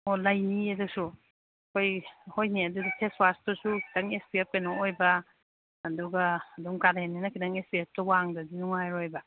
ꯑꯣ ꯂꯩꯅꯤꯌꯦ ꯑꯗꯨꯁꯨ ꯑꯩꯈꯣꯏ ꯍꯣꯏꯅꯦ ꯑꯗꯨꯁꯨ ꯐꯦꯁ ꯋꯥꯁꯇꯨꯁꯨ ꯈꯤꯇꯪ ꯑꯦꯁ ꯄꯤ ꯑꯦꯐ ꯀꯩꯅꯣ ꯑꯣꯏꯕ ꯑꯗꯨꯒ ꯑꯗꯨꯝ ꯀꯥꯂꯦꯟꯅꯤꯅ ꯈꯤꯇꯪ ꯑꯦꯁ ꯄꯤ ꯑꯦꯐꯇꯣ ꯋꯥꯡꯗ꯭ꯔꯗꯤ ꯅꯨꯡꯉꯥꯏꯔꯣꯏꯕ